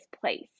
place